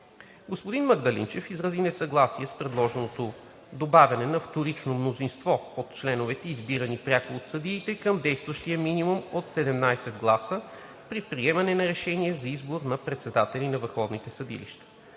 Господин Магдалинчев изрази несъгласие с предложеното добавяне на вторично мнозинство от членовете, избрани пряко от съдите, към действащия минимум от 17 гласа при приемането на решение за избор на председатели на върховните съдилища.